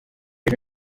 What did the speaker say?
ejo